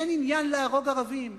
אין עניין להרוג ערבים,